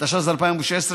התשע"ז 2016,